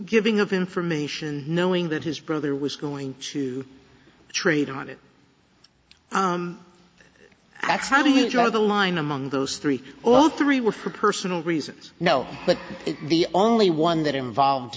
giving of information knowing that his brother was going to trade on it that's how do you draw the line among those three all three were for personal reasons no but the only one that involved